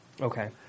Okay